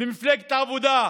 ממפלגת העבודה,